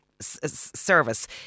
service